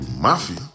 Mafia